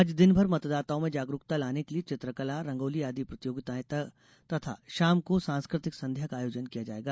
आज दिन भर मतदाताओं में जागरुकता लाने के लिए चित्रकला रंगोली आदि प्रतियोगिताएं तथा शाम को सांस्कृतिक संध्या का आयोजन किया जायेगा